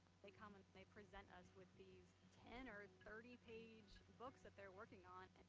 they come and they present us with these ten or thirty page books that they're working on.